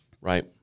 right